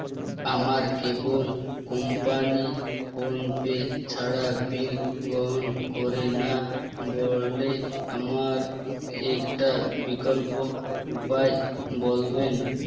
আমার cable company PhonePe ছাড়া bill গ্রহণ করে না বলে আমার একটা বিকল্প উপায় বলবেন?